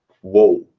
whoa